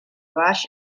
baix